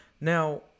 Now